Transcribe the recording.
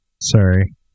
Sorry